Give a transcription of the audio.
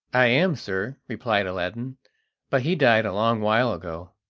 i am, sir, replied aladdin but he died a long while ago.